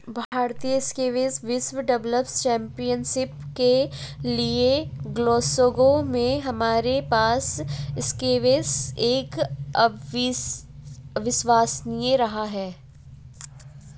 भारतीय स्क्वैश विश्व doubles championship के लिएग्लासगो में हमारे पास स्क्वैश एक अविश्वसनीय रहा है